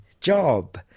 job